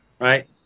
right